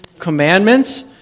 commandments